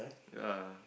ya